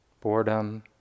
boredom